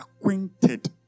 acquainted